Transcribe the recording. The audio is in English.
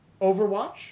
Overwatch